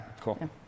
Cool